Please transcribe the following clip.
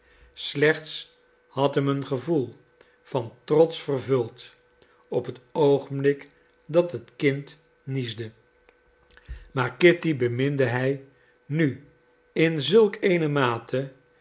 slechts had hem een gevoel van trots vervuld op het oogenblik dat het kind niesde maar kitty beminde hij nu in zulk eene mate